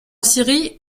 syrie